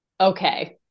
okay